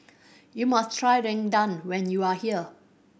you must try rendang when you are here